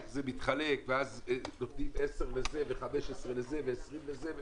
איך זה מתחלק ואז נותנים עשר לזה ו-15 לזה ו-20 לזה.